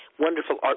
Wonderful